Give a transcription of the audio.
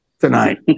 tonight